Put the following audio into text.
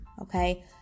okay